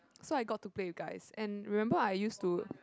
so I got to play with guys and remember I use to